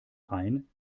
ein